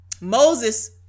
Moses